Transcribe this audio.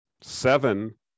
seven